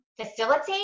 facilitate